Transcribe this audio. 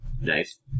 Nice